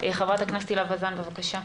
חברת הכנסת הילה וזאן, בבקשה.